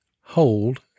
hold